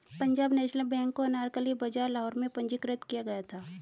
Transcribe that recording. Punjab National Bank को अनारकली बाजार लाहौर में पंजीकृत किया गया था